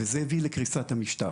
וזה הביא לקריסת המשטר.